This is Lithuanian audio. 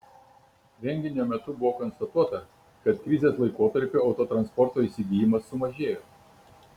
renginio metu buvo konstatuota kad krizės laikotarpiu autotransporto įsigijimas sumažėjo